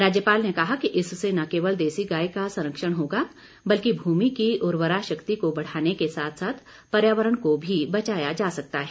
राज्यपाल ने कहा कि इससे न केवल देशी गांय का संरक्षण होगा बल्कि भूमि की उर्वरा शक्ति को बढ़ाने के साथ साथ पर्यावरण को भी बचाया जा सकता है